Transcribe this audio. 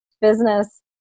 business